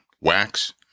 wax